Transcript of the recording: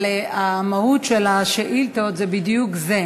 אבל המהות של השאילתות היא בדיוק זה,